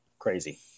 crazy